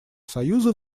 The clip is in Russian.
союза